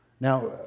Now